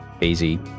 easy